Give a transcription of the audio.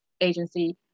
agency